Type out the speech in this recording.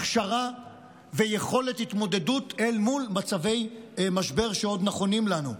הכשרה ויכולת התמודדות אל מול מצבי משבר שעוד נכונים לנו.